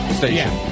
station